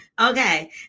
okay